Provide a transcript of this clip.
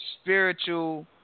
spiritual